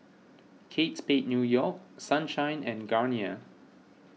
Kate Spade New York Sunshine and Garnier